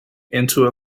into